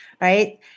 right